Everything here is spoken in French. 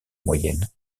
moyenne